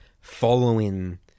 following